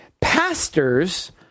Pastors